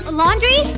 laundry